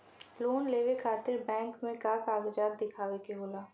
Loan लेवे खातिर bank मे का कागजात दिखावे के होला?